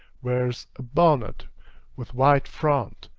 wears a bonnet with wide front,